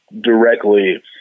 directly